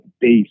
base